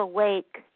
Awake